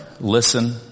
Listen